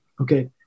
okay